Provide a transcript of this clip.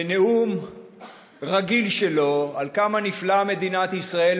בנאום רגיל שלו על כמה נפלאה מדינת ישראל,